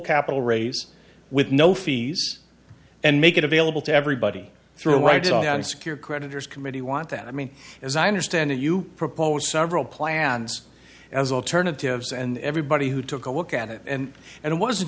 capital raise with no fees and make it available to everybody through right and secure creditors committee want that i mean as i understand it you proposed several plans as alternatives and everybody who took a look at it and and it was